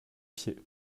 pieds